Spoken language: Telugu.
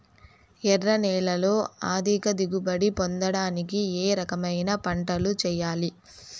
ఎర్ర నేలలో అధిక దిగుబడి పొందడానికి ఏ రకమైన పంటలు చేయాలి?